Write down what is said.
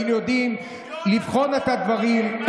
היינו יודעים לבחון את הדברים,